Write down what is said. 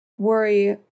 worry